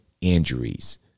injuries